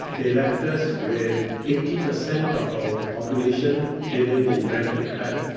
they left us with eighty percent of our population living in rented flats.